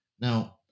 now